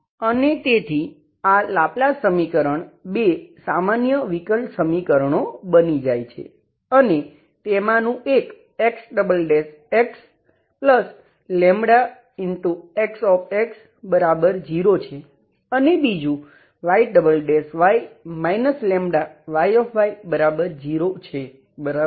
અને તેથી આ લાપ્લાસ સમીકરણ બે સામાન્ય વિકલ સમીકરણો બની જાય છે અને તેમાનું એક XxλXx0 છે અને બીજું Yy λYy0 છે બરાબર